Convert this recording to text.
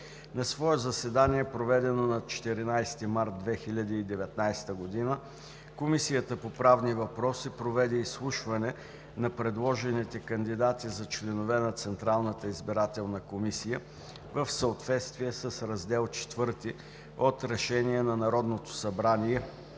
На свое заседание, проведено на 14 март 2019 г., Комисията по правни въпроси проведе изслушване на предложените кандидати за членове на Централната избирателна комисия, в съответствие с Раздел IV от Решение на Народното събрание